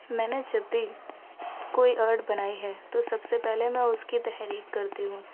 میں نے جب بھی کوئی آرٹ بنائی ہے تو سب سے پہلے میں اس کی تحریک کرتی ہوں